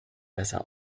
besser